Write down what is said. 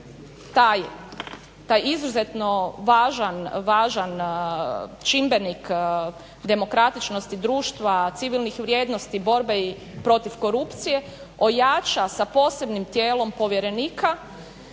taj izuzetno važan, važan čimbenik demokratičnosti društva, civilnih vrijednosti, borbe protiv korupcije ojača sa posebnim tijelom povjerenika,